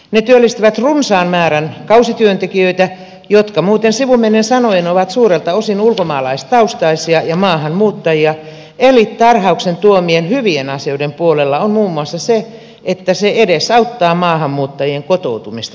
ne työllistävät runsaan määrän kausityöntekijöitä jotka muuten sivumennen sanoen ovat suurelta osin ulkomaalaistaustaisia ja maahanmuuttajia eli tarhauksen tuomien hyvien asioiden puolella on muun muassa se että se edesauttaa maahanmuuttajien kotoutumista tähän maahan